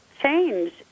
change